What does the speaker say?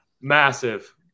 Massive